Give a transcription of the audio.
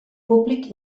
públic